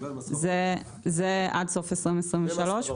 זה עד סוף 2023,